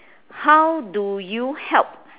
how do you help